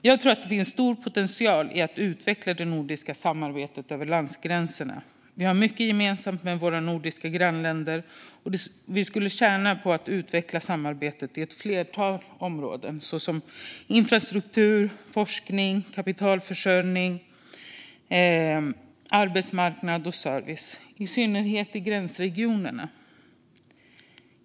Jag tror att det finns en stor potential i att utveckla det nordiska samarbetet över landsgränserna. Vi har mycket gemensamt med våra nordiska grannländer, och vi skulle tjäna på att utveckla samarbetet inom ett flertal områden såsom infrastruktur, forskning, kapitalförsörjning, arbetsmarknad och service - i synnerhet i gränsregionerna.